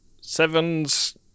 Seven's